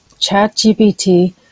ChatGPT